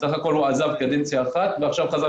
סך הכול הוא עזב קדנציה אחת ועכשיו חזר